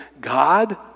God